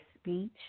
speech